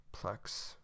Plex